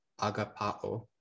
agapao